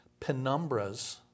penumbras